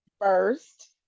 first